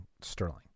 Sterling